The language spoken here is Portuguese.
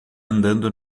andando